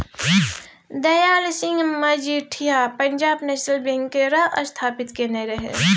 Dayal Singh Majithia Punjab National Bank केर स्थापित केने रहय